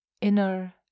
inner